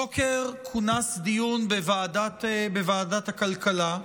הבוקר כונס דיון בוועדת הכלכלה,